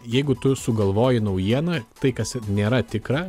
jeigu tu sugalvoji naujieną tai kas nėra tikra